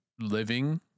living